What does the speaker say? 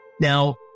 Now